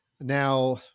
Now